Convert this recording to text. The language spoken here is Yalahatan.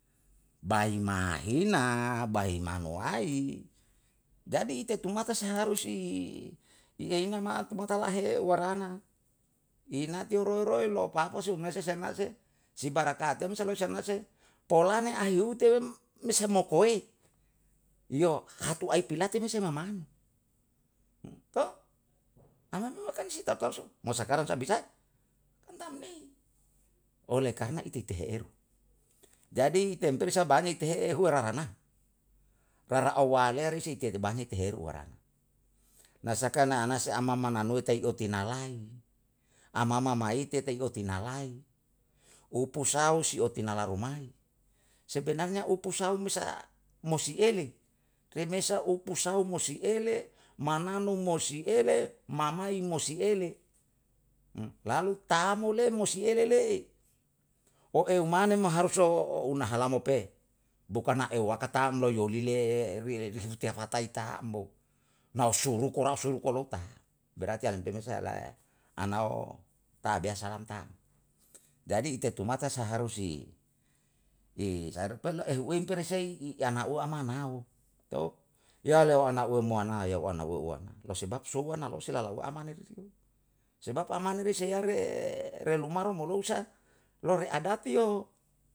Bai mahina, bai manuwai jadi ite tu mata seharus i i ei na ma'a kumata he ewu warana, i nateo roi-roi lo papa um mese seanase si barakate um se lau seanase pola ne ayeuhu te'em me semekoe? Iyo hatu aipelate me se mamanu? karna memang si tar tau sou, mo sakarang saha bisa? Kan tam nei. Oleh karna ite tehe eru, jadi temperu sa banyak tehe ehua rara karna, rara au walearei sei tei te banya tehe eru wara. Na saka na ana si amama na nue tai oti nalai, amama maite tai oti nalai. U pusau na oti nala rumai, sebenarnya u pusau me sa mosi ele, remesa u pusau mo si ele, mananu mo si ele, mamai mo si ele lalu tamu mo si ele le'e. o eu mane me harus o unahala mo pe, bukana ewu waka tamloyoli le'e riya patai taam na usuluko ra sou kolota, berarti yalem pe mesa helae anao tabea salam tam, jadi ite tu mata seharus si, i saher per ehui em per sei i ana u amanau, yale au amanue um anai yau ana uwe anai lo sebab sou ana lo si lalau amane reriyo. Sebab amane ri seiya re ren umare molou sa lore adati